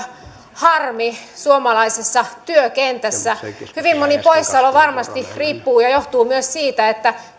harmi suomalaisessa työkentässä hyvin moni poissaolo varmasti riippuu ja johtuu myös siitä että